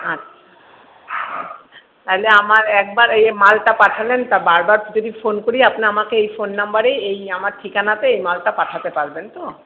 আচ্ছা তাহলে আমার একবার এই মালটা পাঠালেন তা বার বার যদি ফোন করি আপনি আমাকে এই ফোন নাম্বারেই আমার এই ঠিকানাতে এই মালটা পাঠাতে পারবেন তো